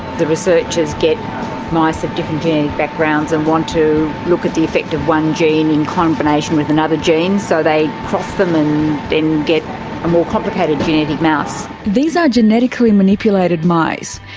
the researchers get mice of different genetic backgrounds and want to look at the effect of one gene in combination with another gene, so they cross them and then get a more complicated genetic mouse. these are genetically manipulated mice.